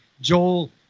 Joel